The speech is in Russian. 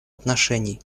отношений